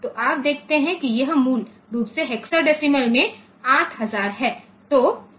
तो आप देखते हैं कि यह मूल रूप से हेक्साडेसिमल में 8000 है